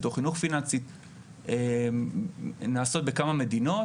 או חינוך פיננסי נעשות בכמה מדינות.